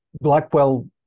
Blackwell